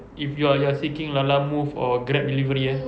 if you are you are seeking lalamove or grab delivery eh